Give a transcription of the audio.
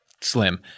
Slim